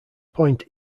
point